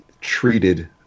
treated